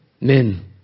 Men